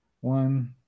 one